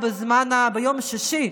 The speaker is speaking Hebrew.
מליאה ביום שישי.